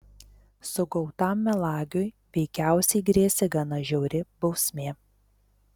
sugautam melagiui veikiausiai grėsė gana žiauri bausmė